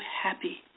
happy